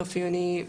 סוף יוני,